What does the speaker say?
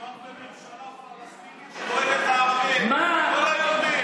מדובר בממשלה פלסטינית שדואגת לערבים,